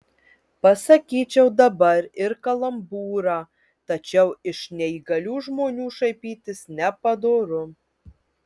pasakyčiau dabar ir kalambūrą tačiau iš neįgalių žmonių šaipytis nepadoru